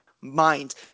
mind